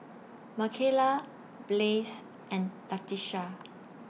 Mikaela Blaise and Latisha